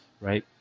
right